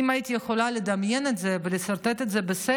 אם הייתי יכולה לדמיין את זה ולסרטט את זה בספר